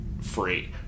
free